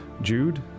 Jude